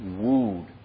wooed